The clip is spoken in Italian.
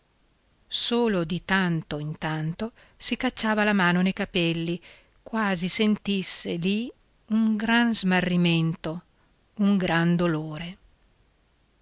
solo di tanto in tanto si cacciava la mano nei capelli quasi sentisse lì un gran smarrimento un gran dolore